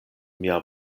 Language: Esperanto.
mia